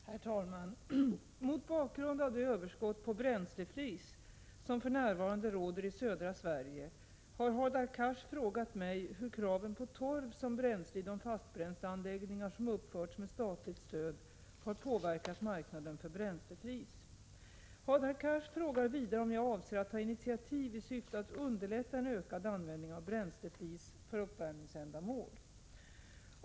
Herr talman! Mot bakgrund av det överskott på bränsleflis som för närvarande råder i södra Sverige har Hadar Cars frågat mig hur kraven på torv som bränsle i de fastbränsleanläggningar som uppförts med statligt stöd har påverkat marknaden för bränsleflis. Hadar Cars frågar vidare om jag avser att ta initiativ i syfte att underlätta en ökad användning av bränsleflis för uppvärmningsändamål.